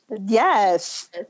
Yes